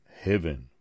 heaven